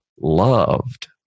loved